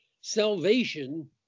salvation